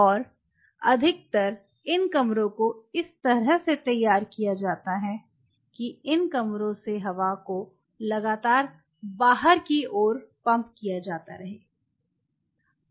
और अधिकतर इन कमरों को इस तरह से तैयार किया जाता है कि इन कमरों से हवा को लगातार बाहर पंप किया जाता है